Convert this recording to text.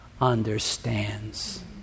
understands